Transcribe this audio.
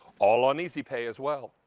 all on easy pay as well,